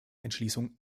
entschließung